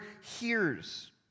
hears